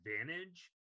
advantage